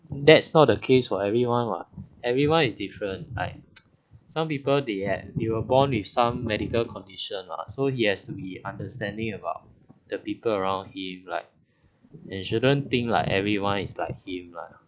that's not the case for everyone what everyone is different like some people they had they were born with some medical condition lah so he has to be understanding about the people around him like and shouldn't think like everyone is like him lah